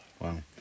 Wow